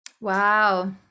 Wow